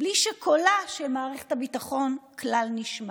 בלי שקולה של מערכת הביטחון כלל נשמע.